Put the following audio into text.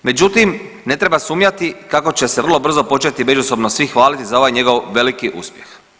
Međutim, ne treba sumnjati kako će se vrlo brzo početi međusobno svi hvaliti za ovaj njegov veliki uspjeh.